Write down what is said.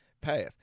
path